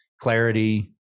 clarity